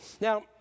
Now